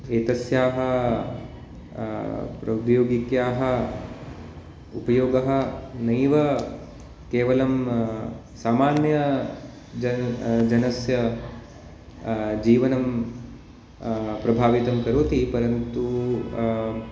एतस्याः प्राद्योगिक्याः उपयोगः नैव केवलं सामान्य जन जनस्य जीवनं प्रभावितं करोति परन्तु